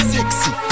Sexy